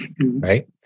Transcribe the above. right